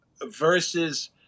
versus